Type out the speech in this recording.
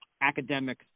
Academic